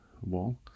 wall